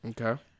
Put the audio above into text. Okay